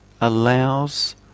allows